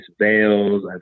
veils